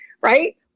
right